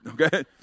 Okay